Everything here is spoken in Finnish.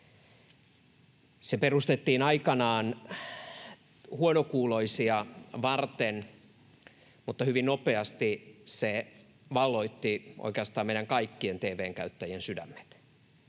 Se perustettiin aikanaan huonokuuloisia varten, mutta hyvin nopeasti se valloitti oikeastaan meidän kaikkien tv:n käyttäjien sydämet.